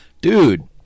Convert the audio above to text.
dude